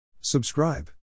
subscribe